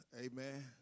Amen